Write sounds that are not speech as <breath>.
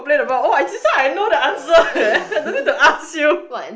<breath> what